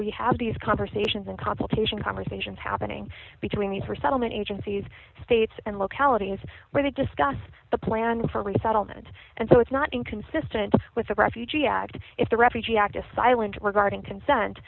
we have these conversations and consultation conversations happening between these resettlement agencies states and localities where they discuss the plan for resettlement and so it's not inconsistent with the refugee act if the refugee act a silent regarding consent